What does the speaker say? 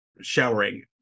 showering